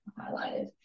highlighted